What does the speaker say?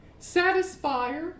satisfier